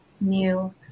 new